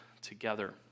together